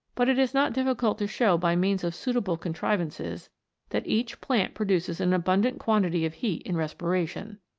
but it is not difficult to show by means of suitable contrivances that each plant produces an abundant quantity of heat in respiration.